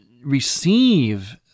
receive